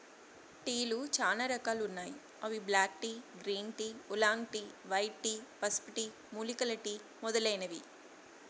టీలు చానా రకాలు ఉన్నాయి అవి black tea, green tea, oolong tea, white tea, పసుపు టీ, మూలికల టీ మొదలైనవి